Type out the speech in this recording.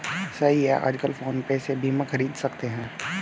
सही है आजकल फ़ोन पे से बीमा ख़रीद सकते हैं